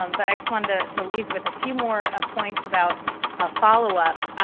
um but i just wanted ah to leave with a few more ah points about ah follow-up.